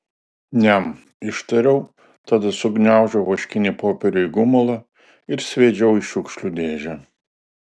niam ištariau tada sugniaužiau vaškinį popierių į gumulą ir sviedžiau į šiukšlių dėžę